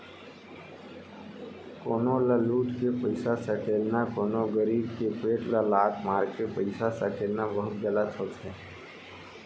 कोनो ल लुट के पइसा सकेलना, कोनो गरीब के पेट ल लात मारके पइसा सकेलना बहुते गलत होथे